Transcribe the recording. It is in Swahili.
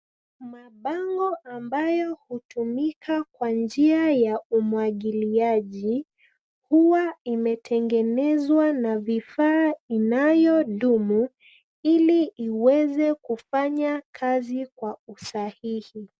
Mabango ambayo hutumika kwa njia ya umwagiliaji ,huwa imetengenezwa na vifaa inayo dumu, ili iweze kufanya kazi kwa usahihi.